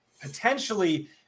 potentially